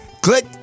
click